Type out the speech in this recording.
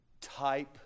type